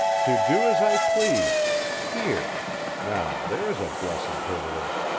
to do as i please here now there's a blessed privilege!